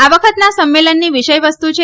આ વખતના સંમેલનની વિષયવસ્તુ છે